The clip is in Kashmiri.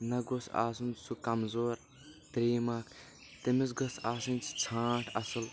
نہٕ گوٚژھ آسُن سُہ کمزور ترٛییِم اکھ تٔمِس گٔژھ آسٕنۍ ژھانٛٹھ اَصل